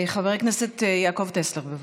חבר הכנסת יעקב טסלר, בבקשה.